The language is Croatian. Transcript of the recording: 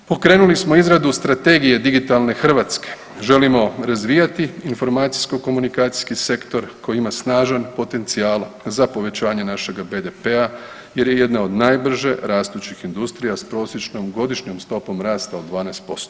Pokrenuli smo izradu Strategije digitalne Hrvatske, želimo razvijati informacijsko-komunikacijski sektor koji ima snažan potencijal za povećanje našega BDP-a jer je jedna od najbrže rastućih industrija s prosječnom godišnjom stopom rasta od 12%